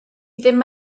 ddim